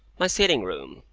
my sitting-room,